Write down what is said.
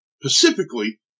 specifically